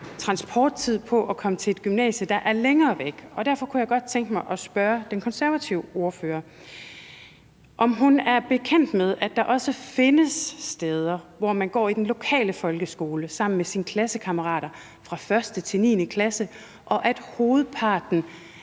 transporttid på at komme til et gymnasium, der er længere væk. Derfor kunne jeg godt tænke mig at spørge den konservative ordfører, om hun er bekendt med, at der også findes steder, hvor man går i den lokale folkeskole sammen med sine klassekammerater fra 1. til 9. klasse, og at hovedparten